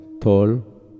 tall